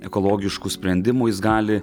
ekologiškų sprendimų jis gali